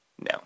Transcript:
No